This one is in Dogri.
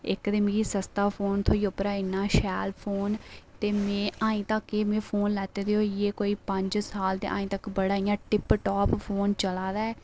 इक्क ते मिगी सस्ता फोन थ्होइया ते दूआ इन्ना शैल ते में ऐहीं तक्क एह् फोन लैते दे होइये कोई पंज साल ते ऐहीं तक्क इंया टिप टॉप फोन चला दा ऐ